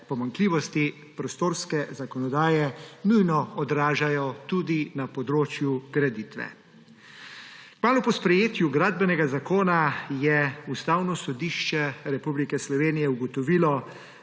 pomanjkljivosti prostorske zakonodaje nujno odražajo tudi na področju graditve. Kmalu po sprejetju Gradbenega zakona je Ustavno sodišče Republike Slovenije ugotovilo,